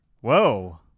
Whoa